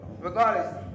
Regardless